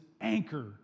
anchor